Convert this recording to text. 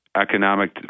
economic